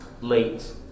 late